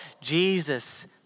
Jesus